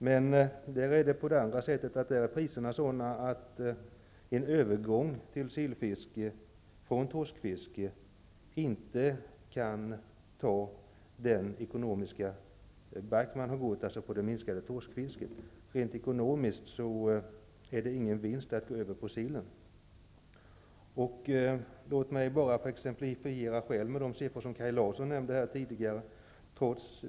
Men där är priserna sådana att en övergång från torskfiske till sillfiske inte kan bära den ekonomiska förlust man gör på det minskade torskfisket. Rent ekonomiskt är det ingen vinst att gå över till sillen. Låt mig bara exemplifiera med de siffror som Kaj Larsson tidigare nämnde.